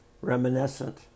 Reminiscent